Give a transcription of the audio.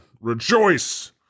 rejoice